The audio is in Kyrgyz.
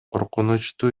коркунучтуу